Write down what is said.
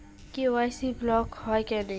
KYC block হয় কেনে?